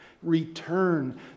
return